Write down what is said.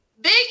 Big